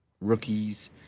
rookies